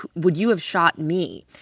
would you have shot me?